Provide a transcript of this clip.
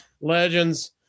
legends